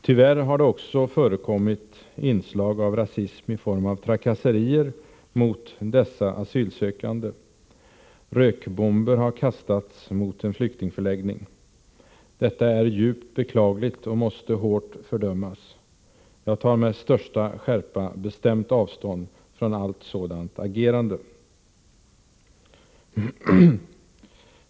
Tyvärr har det också förekommit inslag av rasism i form av trakasserier mot dessa asylsökande. Rökbomber har kastats mot en flyktingförläggning. Det är djupt beklagligt och måste hårt fördömas. Jag tar med största skärpa bestämt avstånd från allt sådant agerande!